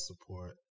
support